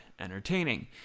entertaining